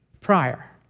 prior